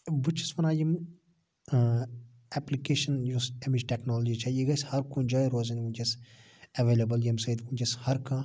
بہٕ چھُس وَنان یِم ایٚپلِکیشَن یۄس امِچ ٹیٚکنالجی چھ یہِ گَژھِ ہر کُنہ جایہِ روزٕنۍ ونٛکیٚس ایٚولیبٕل یمہِ سۭتۍ ونٛکیٚس ہر کانٛہہ